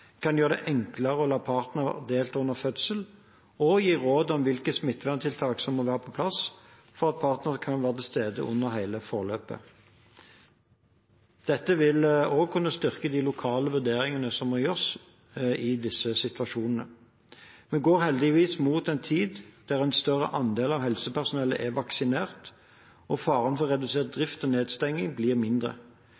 kan gjøre det enklere å la partner delta under fødsel, og å gi råd om hvilke smitteverntiltak som må være på plass for at partner kan være til stede under hele forløpet. Dette vil også kunne styrke de lokale vurderingene som må gjøres i disse situasjonene. Vi går heldigvis mot en tid der en større andel av helsepersonellet er vaksinert, og faren for redusert